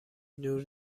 نور